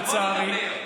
לצערי.